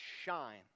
shine